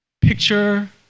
picture